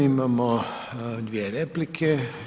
Imamo dvije replike.